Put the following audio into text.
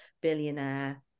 billionaire